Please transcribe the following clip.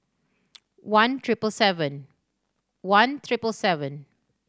one triple seven one triple seven